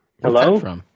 Hello